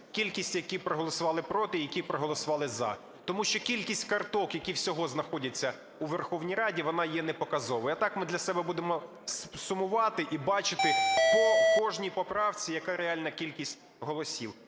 кількість – які проголосували "проти" і які проголосували "за". Тому що кількість карток, які всього знаходяться у Верховній Раді, вона є непоказовою. А так ми для себе будемо сумувати і бачити по кожній поправці, яка реальна кількість голосів.